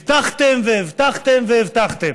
הבטחתם והבטחתם והבטחתם.